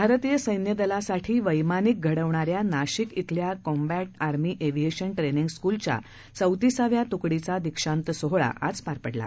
भारतीय सक्र्यदलासाठी वक्षानिक घडवणाऱ्या नाशिक इथल्या कॉम्बॅट आर्मी एव्हिएशन ट्रेनिंग स्कूलच्या चौतिसाव्या त्कडीचा दीक्षांत सोहोळा आज पार पडला